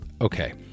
Okay